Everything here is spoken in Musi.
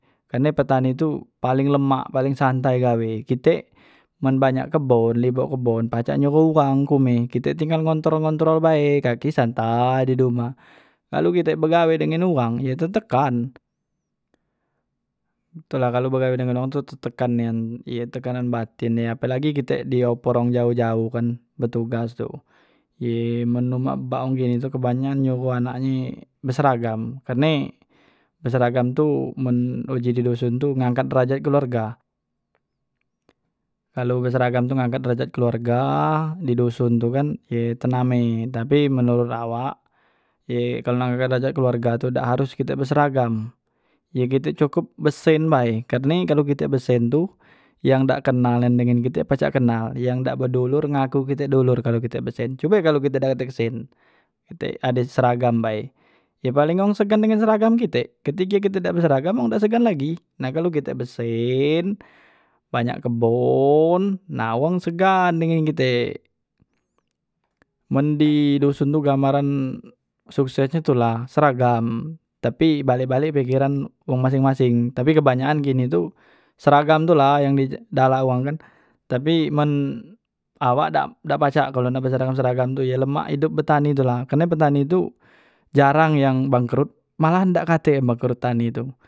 Karne petani tu paling lemak paling santai gawe, kite men banyak kebon libok kebon pacak nyuroh wang ke humeh kite tinggal ngontrol- ngontrol bae, kaki santai di dumah, kalu kite begawe dengan uwang ye tu tertekan, tu la kalu begawe dengan wang tu kite tertekan nian tekanan baten pelagi kite di opor wang jaoh- jaoh kan betugas tu ye man umak bak wong kini tu kebanyakan nyuruh anaknye beseragam, karne beseragam tu men uji di doson tu ngangkat drajat kluarga, kalu berseragam tu ngangkat drajat kluarga kan di doson tu tername, tapi menorot awak, ye kalu nak ngangkat drajat keluarga tu ye dak harus kite beseragam ye kite cukup be sen bae. karne kalu kite be sen tu yang dak kenal nian dengan kite pacak kenal, yang dak bedolor ngaku kite dolor kalu kite be sen, cube kalu kite dak katek sen, kite ade seragam bae, ye paleng wong segan dengan seragam kite, ketike kite dak beseragam wong dak segan lagi nah kali kite be sen, banyak kebon nah wong segan dengan kite, men di doson tu gambaran sukses nyo tula seragam tapi balek- balek pekeran wong maseng- maseng tapi kebanyakan wong kini tu seragam tu la yang di dalak wang kan, tapi man awak dak pacak kalu nak beseragam seragam tu ye lemak idop betani tula, karne betani tu jarang yang bangkrot, malah dak tek yang bangkrot tani tu.